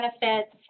benefits